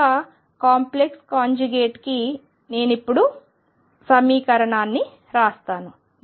యొక్క complex conjugate కి నేను ఇప్పుడు సమీకరణాన్ని రాస్తాను